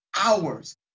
hours